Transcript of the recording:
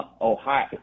Ohio